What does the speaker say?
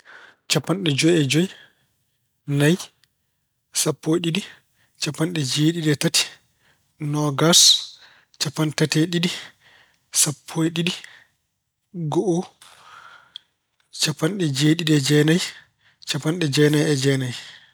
Capanɗe joyi e joyi, nayi, sappo e ɗiɗi, capanɗe jeeɗiɗi e tati, noogaas, capanɗe tati e ɗiɗi, sappo e ɗiɗi, go'o, capanɗe jeeɗiɗi e jeenayi, capanɗe jeenayi e jeenayi.